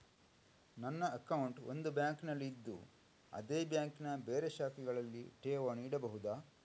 ನನ್ನ ಅಕೌಂಟ್ ಒಂದು ಬ್ಯಾಂಕಿನಲ್ಲಿ ಇದ್ದು ಅದೇ ಬ್ಯಾಂಕಿನ ಬೇರೆ ಶಾಖೆಗಳಲ್ಲಿ ಠೇವಣಿ ಇಡಬಹುದಾ?